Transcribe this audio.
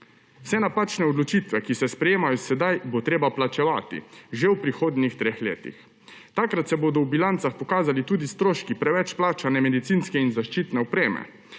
Vse napačne odločitve, ki se sprejemajo sedaj, bo treba plačevati že v prihodnjih treh letih. Takrat se bodo v bilancah pokazali tudi stroški preveč plačane medicinske in zaščitne opreme,